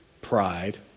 Pride